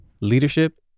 leadership